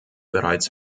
bereits